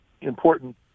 important